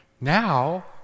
now